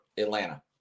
atlanta